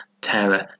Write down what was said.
terror